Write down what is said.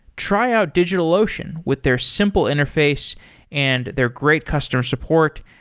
try out digitalocean with their simple interface and their great customer support,